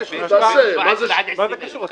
מה זה קשור?